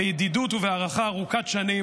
בידידות ובהערכה ארוכת שנים,